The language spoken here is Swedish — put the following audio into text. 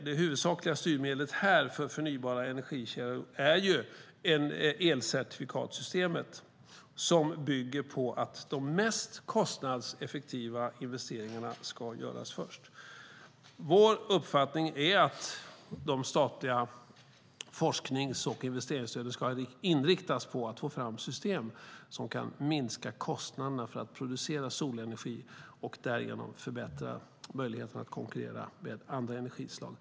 Det huvudsakliga styrmedlet för förnybara energikällor är elcertifikatssystemet, som bygger på att de mest kostnadseffektiva investeringarna ska göras först. Vår uppfattning är att de statliga forsknings och investeringsstöden ska inriktas på att få fram system som kan minska kostnaderna för att producera solenergi och därigenom förbättra solenergins möjligheter att konkurrera med andra energislag.